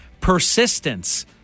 Persistence